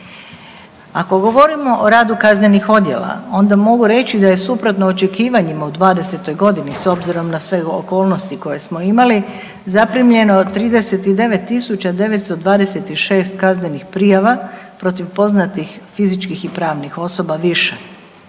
Ako govorimo o radu kaznenih odjela onda mogu reći da je suprotno očekivanjima u '20. godini s obzirom na sve okolnosti koje smo imali zaprimljeno 39.926 kaznenih prijava protiv poznati fizičkih i pravnih osoba više.